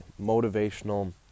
motivational